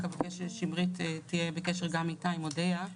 אני רק אבקש ששמרית תהיה בקשר גם איתה, עם הודיה.